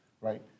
right